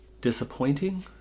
disappointing